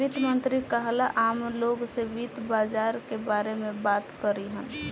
वित्त मंत्री काल्ह आम लोग से वित्त बाजार के बारे में बात करिहन